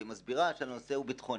והיא מסבירה שהנושא הוא ביטחוני.